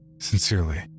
Sincerely